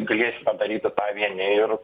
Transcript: galėsi padaryti tą vieni ir